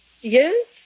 Yes